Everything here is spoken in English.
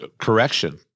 Correction